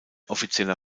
offizieller